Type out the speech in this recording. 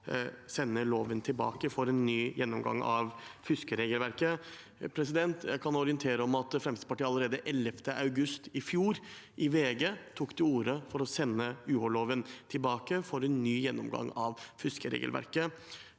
sende loven tilbake for en ny gjennomgang av fuskeregelverket. Jeg kan orientere om at Fremskrittspartiet allerede 11. august i fjor, i VG, tok til orde for å sende universitets- og høyskoleloven, UH-loven, tilbake for en ny gjennomgang av fuskeregelverket.